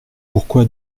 pourquoi